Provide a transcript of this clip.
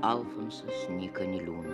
alfonsas nyka niliūnas